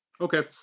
okay